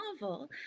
novel